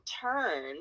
turn